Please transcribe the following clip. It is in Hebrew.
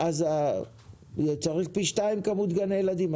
אז צריך פי שניים כמות גני ילדים.